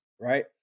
right